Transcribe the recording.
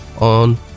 on